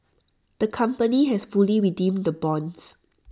the company has fully redeemed the bonds